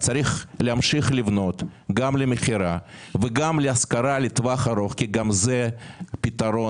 אז צריך להמשיך לבנות גם למכירה וגם להשכרה לטווח ארוך כי גם זה פתרון,